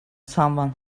someone